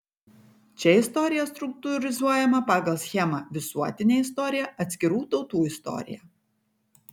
čia istorija struktūrizuojama pagal schemą visuotinė istorija atskirų tautų istorija